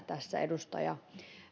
tässä edustaja